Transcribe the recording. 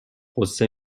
غصه